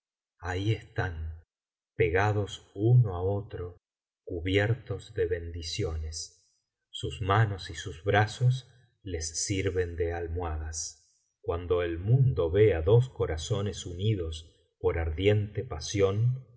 ahí están pegados uno á otro cubiertos de bendiciones sus manos y sus brazos les sirven de almohadas cuando el mundo ve á dos corazones imidos por ardiente pasión